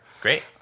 great